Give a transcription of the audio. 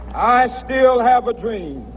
i still have a dream.